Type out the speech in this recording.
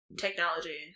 technology